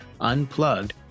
unplugged